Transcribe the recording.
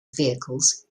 vehicles